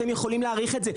אתם יכולים להאריך את זה.